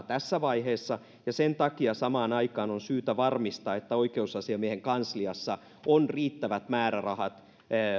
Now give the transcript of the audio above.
tässä vaiheessa ja sen takia samaan aikaan on syytä varmistaa että oikeusasiamiehen kansliassa on riittävät määrärahat